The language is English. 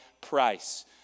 price